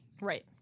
Right